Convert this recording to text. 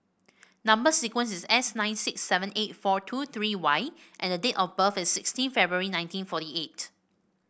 number sequence is S nine six seven eight four two three Y and date of birth is sixteen February nineteen forty eight